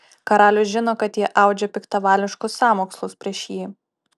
karalius žino kad jie audžia piktavališkus sąmokslus prieš jį